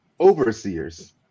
overseers